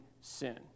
sin